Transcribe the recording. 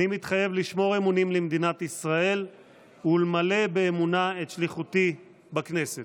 אני מתחייב לשמור אמונים למדינת ישראל ולמלא באמונה את שליחותי בכנסת.